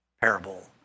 parable